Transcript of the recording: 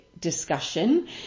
discussion